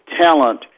talent